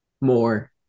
More